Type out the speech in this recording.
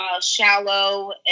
shallow